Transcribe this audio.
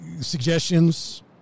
suggestions